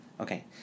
Okay